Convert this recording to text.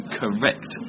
correct